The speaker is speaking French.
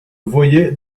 voyais